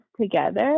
together